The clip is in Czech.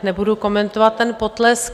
Nebudu komentovat ten potlesk.